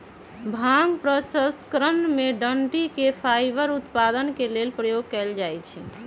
भांग प्रसंस्करण में डनटी के फाइबर उत्पादन के लेल प्रयोग कयल जाइ छइ